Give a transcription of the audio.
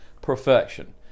perfection